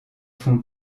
font